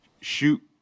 shoot